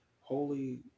holy